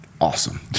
awesome